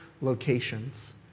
locations